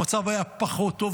המצב היה פחות טוב,